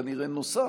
כנראה נוסף,